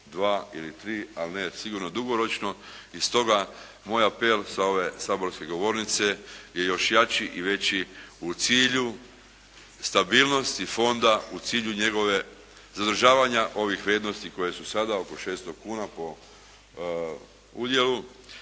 dva ili tri ali sigurno ne dugoročno. I stoga, moj apel sa ove saborske govornice je još jači i veći u cilju stabilnosti fonda, u cilju njegove, zadržavanja ovih vrijednosti koje su sada oko 600 kuna po udjelu